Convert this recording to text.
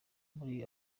muri